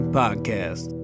podcast